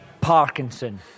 Parkinson